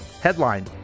Headline